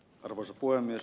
arvoisa puhemies